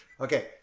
okay